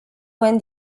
when